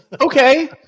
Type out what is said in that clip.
Okay